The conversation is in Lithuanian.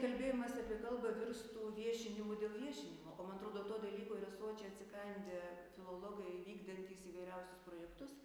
kalbėjimas apie kalbą virstų viešinimu dėl viešinimo o man atrodo to dalyko yra sočiai atsikandę filologai vykdantys įvairiausius projektus